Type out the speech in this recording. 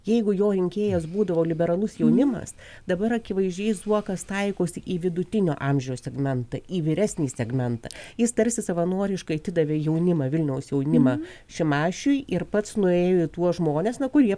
jeigu jo rinkėjas būdavo liberalus jaunimas dabar akivaizdžiai zuokas taikosi į vidutinio amžiaus segmentą į vyresnį segmentą jis tarsi savanoriškai atidavė jaunimą vilniaus jaunimą šimašiui ir pats nuėjo į tuos žmones na kurie